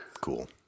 Cool